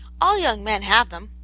all young men have them.